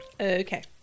Okay